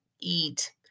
eat